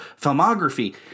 filmography